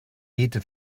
edle